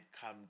come